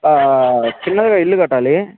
చిన్నగా ఇల్లు కట్టాలి